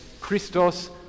Christos